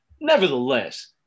Nevertheless